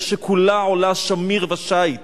אלא שכולה עולה שמיר ושית,